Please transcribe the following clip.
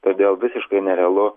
todėl visiškai nerealu